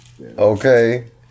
okay